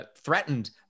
threatened